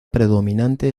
predominante